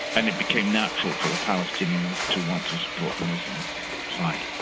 and it became natural for the palestinians to want to support the muslim side.